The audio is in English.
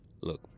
Look